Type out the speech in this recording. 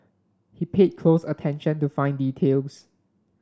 he paid close attention to fine details